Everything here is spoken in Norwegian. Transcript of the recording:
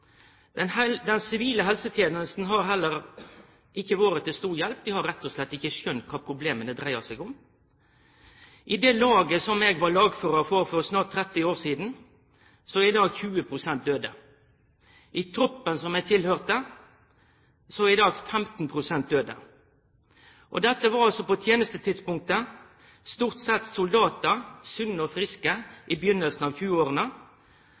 Den sivile helsetenesta har heller ikkje vore til stor hjelp; dei har rett og slett ikkje skjønt kva problema dreidde seg om. I det laget som eg for snart 30 år sidan var lagførar for, er i dag 20 pst. døde. I troppen som eg tilhørte, er i dag 15 pst. døde. Dette var altså på tenestetidspunktet stort sett sunne og friske soldatar i begynninga av